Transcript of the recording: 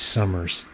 Summers